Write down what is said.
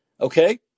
Okay